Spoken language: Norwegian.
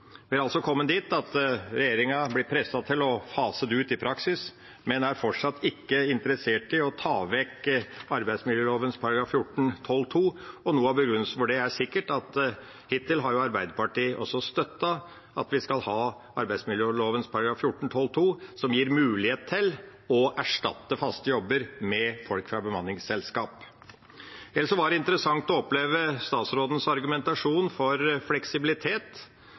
altså kommet dit at regjeringa blir presset til å fase det ut i praksis, men fortsatt ikke er interessert i å ta vekk arbeidsmiljøloven § 14-12 . Noe av begrunnelsen for det er sikkert at også Arbeiderpartiet hittil har støttet at vi skal ha arbeidsmiljøloven § 14-12 , som gir mulighet til å erstatte faste jobber med folk fra bemanningsselskap. Ellers var det interessant å oppleve statsrådens argumentasjon for fleksibilitet.